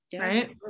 Right